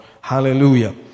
Hallelujah